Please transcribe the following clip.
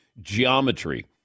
geometry